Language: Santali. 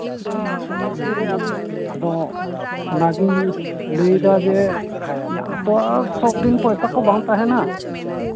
ᱦᱮᱸ ᱟᱫᱚ ᱚᱱᱟᱜᱤᱧ ᱞᱟᱹᱭᱫᱟ ᱡᱮ ᱤᱧᱟᱹᱜ ᱦᱚᱛᱚ ᱥᱚᱵᱽᱫᱤᱱ ᱯᱚᱭᱥᱟ ᱠᱚ ᱵᱟᱝ ᱛᱟᱦᱮᱱᱟ